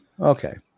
okay